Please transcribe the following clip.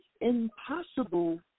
impossible